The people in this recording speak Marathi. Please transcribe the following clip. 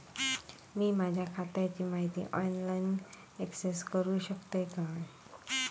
मी माझ्या खात्याची माहिती ऑनलाईन अक्सेस करूक शकतय काय?